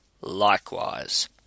likewise